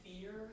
fear